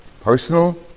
Personal